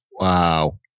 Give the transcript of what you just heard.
Wow